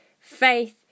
Faith